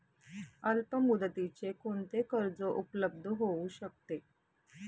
अल्पमुदतीचे कोणते कर्ज उपलब्ध होऊ शकते?